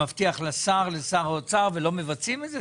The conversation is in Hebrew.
מבטיח לשר האוצר, אבל לא מבצעים את זה?